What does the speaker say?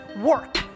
work